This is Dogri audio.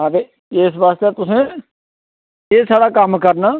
हां ते इस वास्तै तुसैं एह् साढ़ा कम्म करना